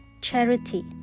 Charity